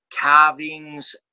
carvings